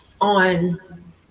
on